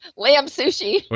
lamb sushi